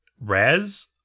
Raz